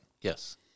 Yes